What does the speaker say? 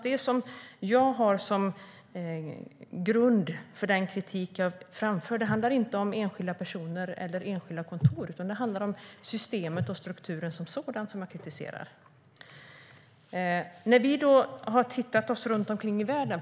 Det är grunden för den kritik som jag framförde. Det handlar inte om enskilda personer eller enskilda kontor, utan jag kritiserar systemet som sådant och strukturen som sådan. Vi har sett oss runt omkring i världen.